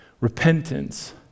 repentance